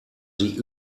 sie